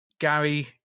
Gary